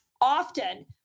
Often